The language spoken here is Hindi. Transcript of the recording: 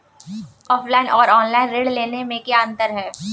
ऑफलाइन और ऑनलाइन ऋण लेने में क्या अंतर है?